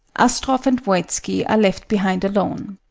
astroff and voitski are left behind alone.